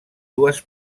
dues